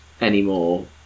anymore